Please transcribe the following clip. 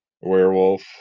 Werewolf